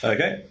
Okay